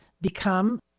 become